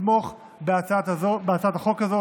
לתמוך בהצעת החוק הזאת.